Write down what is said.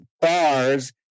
bars